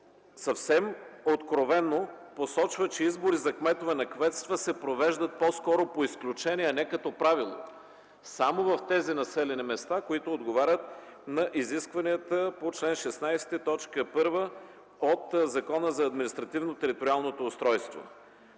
съвсем откровено посочва, че избори за кметове на кметства се провеждат по-скоро по изключение, а не като правило, само в тези населени места, които отговарят на изискванията по чл. 16, т. 1 от Закона за административно-териториалното устройство.